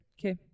Okay